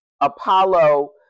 Apollo